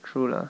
true lah